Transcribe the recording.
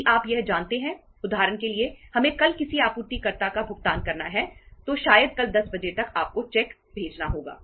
यदि आप यह जानते हैं उदाहरण के लिए हमें कल किसी आपूर्तिकर्ता का भुगतान करना है तो शायद कल 10 बजे तक आपको चेक भेजना होगा